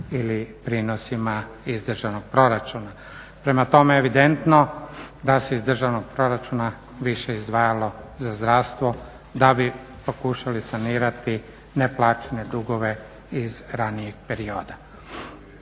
ili prinosima iz državnog proračuna. Prema tome, evidentno da se iz državnog proračuna više izdvajalo za zdravstvo da bi pokušali sanirati neplaćene dugove iz ranijeg perioda.